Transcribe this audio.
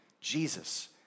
Jesus